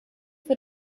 wird